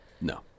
No